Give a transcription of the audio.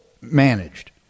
managed